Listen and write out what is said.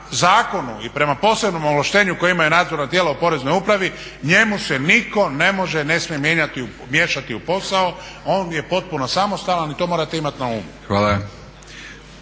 zakonu i prema posebnom ovlaštenju koje imaju nadzorna tijela u Poreznoj upravi njemu se niko ne smije miješati u posao on je potpuno samostalan i to morate imati na umu.